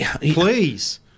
Please